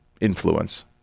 influence